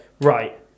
right